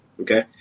Okay